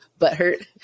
butthurt